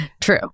true